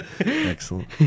Excellent